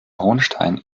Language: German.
hohenstein